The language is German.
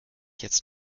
jetzt